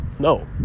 No